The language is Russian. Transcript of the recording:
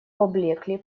поблекли